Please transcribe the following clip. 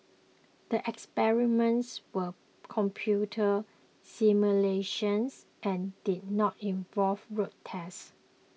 the experiments were computer simulations and did not involve road tests